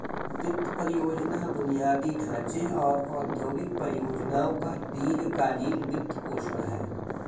वित्त परियोजना बुनियादी ढांचे और औद्योगिक परियोजनाओं का दीर्घ कालींन वित्तपोषण है